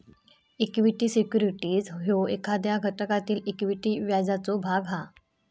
equity securities ह्यो एखाद्या घटकातील इक्विटी व्याजाचो भाग हा